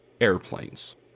airplanes